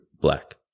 black